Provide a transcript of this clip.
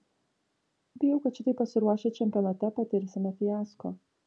bijau kad šitaip pasiruošę čempionate patirsime fiasko